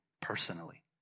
personally